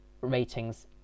ratings